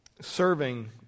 serving